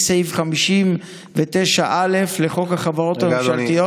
קודם: הצעתם של חבר הכנסת משה ארבל וחבר הכנסת ינון אזולאי,